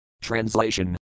Translation